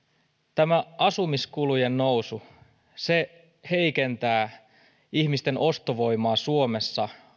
tämä asumiskulujen nousu heikentää ihmisten ostovoimaa suomessa